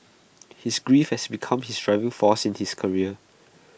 his grief had become his driving force in his career